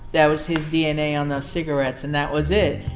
that was his dna on the cigarettes and that was it.